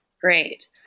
Great